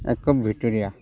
एक्के भितरिया